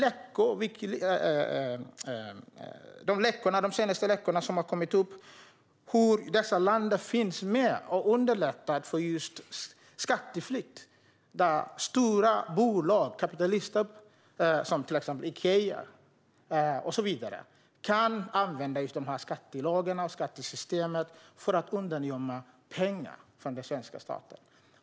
Vi har genom de senaste läckorna sett hur dessa länder underlättar för skatteflykt. Stora bolag - kapitalister som Ikea och så vidare - kan använda skattelagar och skattesystem för att undangömma pengar från den svenska staten.